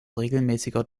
regelmäßiger